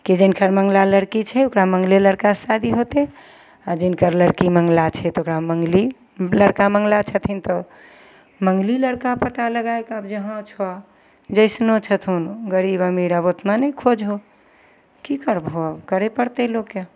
कि जिनकर मंगला लड़की छै ओकरा मंगले लड़कासँ शादी होतय आओर जिनकर लड़की मंगला छै तऽ ओकरा मंगली लड़का मंगला छथिन तऽ मंगली लड़का पता लगाय कऽ आब जहाँ छह जैसनो छथुन गरीब अमीर आब उतना नहि खोजऽ की करबह करय पड़तय लोकके